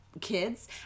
kids